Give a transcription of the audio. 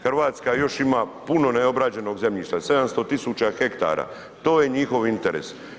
Hrvatska još ima puno neobrađenog zemljišta, 700 tisuća hektara, to je njihov interes.